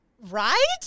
Right